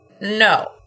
No